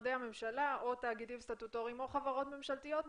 שמשרדי הממשלה או תאגידים סטטוטוריים או חברות ממשלתיות נותנות.